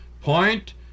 point